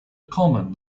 common